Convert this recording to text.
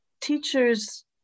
teacher's